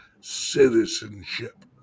citizenship